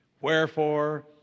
Wherefore